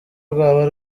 rwaba